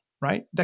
right